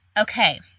okay